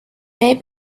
may